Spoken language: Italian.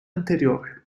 anteriore